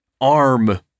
ARM